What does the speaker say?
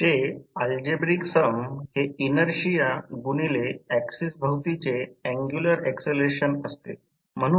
तर या गोष्टीचे गुणोत्तर x भारक घटक म्हणा